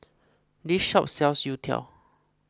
this shop sells Youtiao